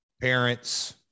Parents